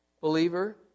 believer